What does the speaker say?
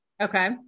Okay